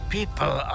People